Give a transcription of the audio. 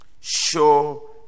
show